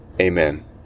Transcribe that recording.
Amen